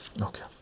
okay